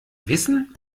wissen